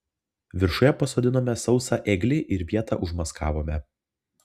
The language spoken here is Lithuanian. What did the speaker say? viršuje pasodinome sausą ėglį ir vietą užmaskavome